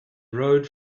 rode